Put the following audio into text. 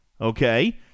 Okay